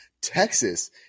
Texas